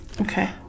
Okay